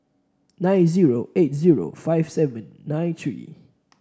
nine zero eight zero five seven nine three